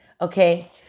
Okay